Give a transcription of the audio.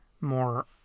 more